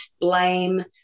blame